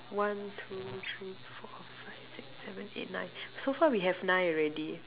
one two three four five six seven eight nine so far we have nine already